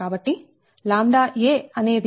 కాబట్టి ʎa అనేది 0